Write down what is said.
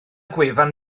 gwefan